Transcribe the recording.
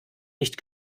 nicht